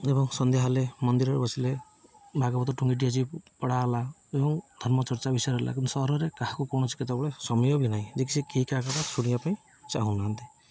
ଏବଂ ସନ୍ଧ୍ୟା ହେଲେ ମନ୍ଦିରରେ ବସିଲେ ଭାଗବତ ଟୁଙ୍ଗିଟି ଅଛି ପଢ଼ା ହେଲା ଏବଂ ଧର୍ମଚର୍ଚ୍ଚା ବିଷୟରେ ହେଲା କିନ୍ତୁ ସହରରେ କାହାକୁ କୌଣସି କେତେବେଳେ ସମୟ ବି ନାହିଁ ଯେକି ସେ କିହି କାହା କ ଶୁଣିବା ପାଇଁ ଚାହୁଁନାହାନ୍ତି